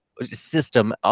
system